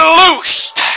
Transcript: loosed